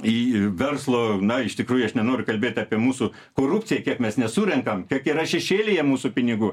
į verslo na iš tikrųjų aš nenoriu kalbėt apie mūsų korupciją kiek mes nesurenkam kiek yra šešėlyje mūsų pinigų